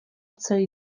celý